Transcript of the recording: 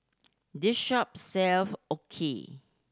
this shop sell Okayu